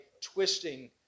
twisting